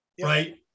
Right